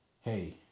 hey